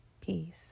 Peace